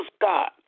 God